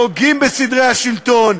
פוגעים בסדרי השלטון,